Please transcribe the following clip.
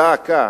דא עקא